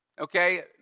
Okay